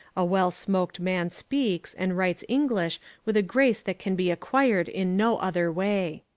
a well-smoked man speaks, and writes english with a grace that can be acquired in no other way.